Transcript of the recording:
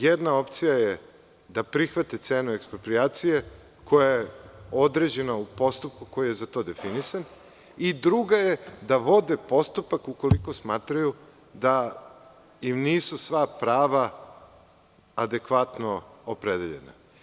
Jedna opcija je da prihvate cenu eksproprijacije koja je određena u postupku koji je za to definisan i druga je da vode postupak ukoliko smatraju da im nisu sva prava adekvatno opredeljena.